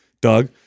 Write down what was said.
Doug